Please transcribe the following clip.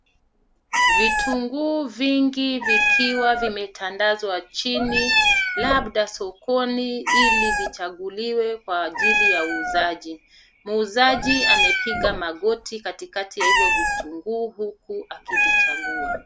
Vitunguu vingi vikiwa vimetandazwa chini, labda sokoni ili vichaguliwe kwa ajili ya uuzaji. Muuzaji amepiga magoti katikati ya hivyo vitunguu huku akivichagua.